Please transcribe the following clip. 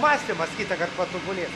mąstymas kitąkart patobulės